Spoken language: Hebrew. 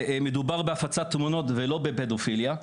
מדובר בהפצת תמונות ולא בפדופיליה,